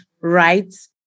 rights